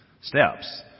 steps